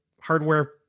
hardware